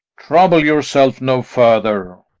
trouble yourself no further.